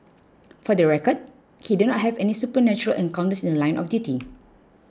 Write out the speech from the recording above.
for the record he did not have any supernatural encounters in The Line of duty